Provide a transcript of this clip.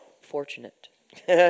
fortunate